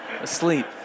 asleep